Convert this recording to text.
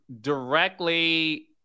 directly